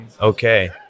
Okay